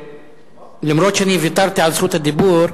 אף-על-פי שאני ויתרתי על זכות הדיבור,